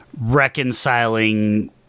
reconciling